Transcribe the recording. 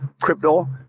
crypto